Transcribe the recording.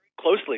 closely